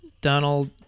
Donald